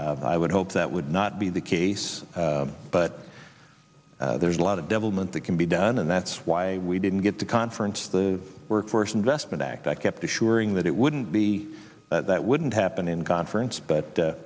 i would hope that would not be the case but there's a lot of devilment that can be done and that's why we didn't get to conference the workforce investment act i kept assuring that it wouldn't be that wouldn't happen in conference but